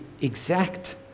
exact